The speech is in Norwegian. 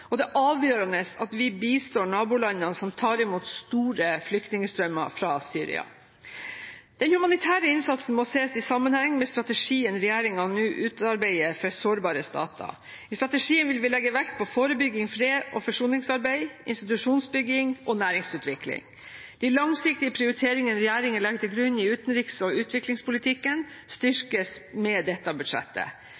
år. Det er avgjørende at vi bistår nabolandene som tar imot store flyktningstrømmer fra Syria. Den humanitære innsatsen må ses i sammenheng med strategien regjeringen nå utarbeider for sårbare stater. I strategien vil vi legge vekt på forebygging, fred og forsoningsarbeid, institusjonsbygging og næringsutvikling. De langsiktige prioriteringene regjeringen legger til grunn i utenriks- og utviklingspolitikken,